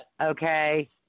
okay